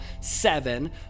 seven